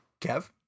Kev